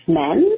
men